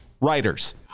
writers